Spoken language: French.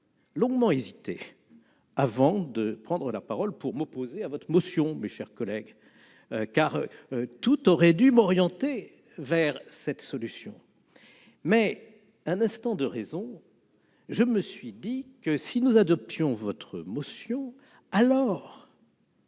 longuement hésité avant de prendre la parole pour m'opposer à votre motion, mes chers collègues. En effet, tout aurait dû m'orienter vers cette solution. Néanmoins, dans un instant de raison, je me suis dit que, si nous adoptions votre motion, alors